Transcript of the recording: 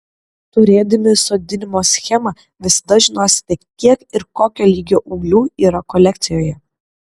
turėdami sodinimo schemą visada žinosite kiek ir kokio lygio ūglių yra kolekcijoje